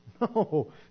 No